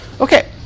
Okay